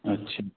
अच्छा